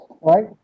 right